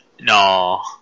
No